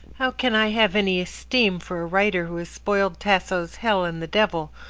how can i have any esteem for a writer who has spoiled tasso's hell and the devil,